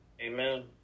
Amen